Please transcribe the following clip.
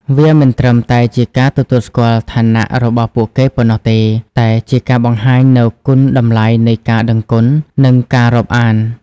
វាមិនត្រឹមតែជាការទទួលស្គាល់ឋានៈរបស់ពួកគេប៉ុណ្ណោះទេ តែជាការបង្ហាញនូវគុណតម្លៃនៃការដឹងគុណ និងការរាប់អាន។។